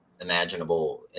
imaginable